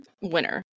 winner